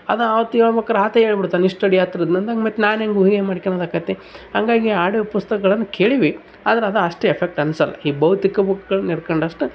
ಅದು ಅತ ಹೇಳ್ಬಕಾರ ಆತನೇ ಹೇಳ್ಬಿಡ್ತಾನ್ ಇಷ್ಟು ಅಡಿ ಎತ್ರ ಇದ್ನಂದ ಮತ್ತು ನಾನು ಹೆಂಗ್ ಊಹೆ ಮಾಡ್ಕೋಳದಾಕತಿ ಹಂಗಾಗಿ ಆಡಿಯೋ ಪುಸ್ತಕಗಳನ್ನು ಕೇಳೀವಿ ಆದ್ರೆ ಅದು ಅಷ್ಟು ಎಫೆಕ್ಟ್ ಅನ್ಸೋಲ್ಲ ಈ ಭೌತಿಕ ಬುಕ್ಗಳನ್ನು ಹಿಡ್ಕಂಡಷ್ಟ್